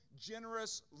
generous